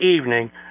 evening